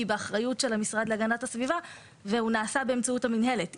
באחריות של המשרד להגנת הסביבה והוא נעשה באמצעות המינהלת.